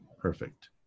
perfect